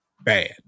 bad